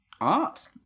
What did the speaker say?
art